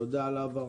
תודה על ההבהרה.